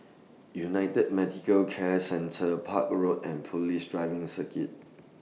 United Medicare Centre Park Road and Police Driving Circuit